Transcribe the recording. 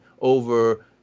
over